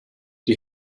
die